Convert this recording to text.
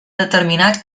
determinat